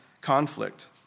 conflict